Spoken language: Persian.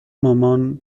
مامان